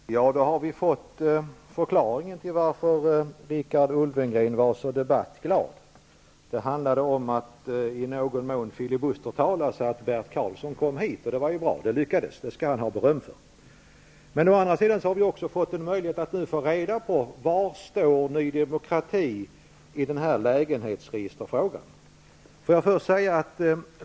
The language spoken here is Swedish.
Herr talman! Ja, nu har vi fått förklaringen till varför Richard Ulfvengren var så debattglad. Det handlade om att i någon mån filibustertala så att Bert Karlsson kunde komma hit. Det var ju bra. Det lyckades, och det skall Richard Ulfvengren ha beröm för. Men å andra sidan har vi nu också fått en möjlighet att få reda på var Ny demokrati står i lägenhetsregisterfrågan.